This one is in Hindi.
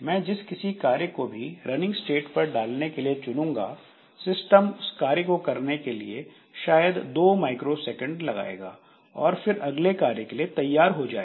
मैं जिस किसी कार्य को भी रनिंग स्टेट पर डालने के लिए चुनूंगा सिस्टम उस कार्य को करने में शायद दो माइक्रोसेकंड लगाएगा और फिर अगले कार्य के लिए तैयार हो जाएगा